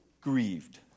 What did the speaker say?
grieved